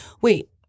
Wait